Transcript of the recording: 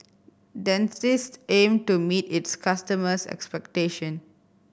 Dentiste aim to meet its customers' expectation